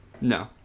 No